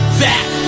back